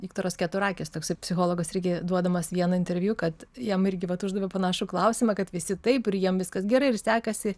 viktoras keturakis toksai psichologas irgi duodamas vieną interviu kad jam irgi vat uždavė panašų klausimą kad visi taip ir jiem viskas gerai ir sekasi